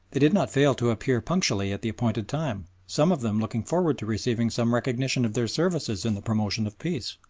they did not fail to appear punctually at the appointed time, some of them looking forward to receiving some recognition of their services in the promotion of peace.